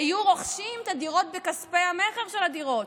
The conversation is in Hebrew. היו רוכשים את הדירות בכספי המכר של הדירות.